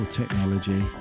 technology